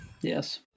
Yes